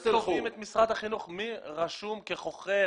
מי רשום כחוכר?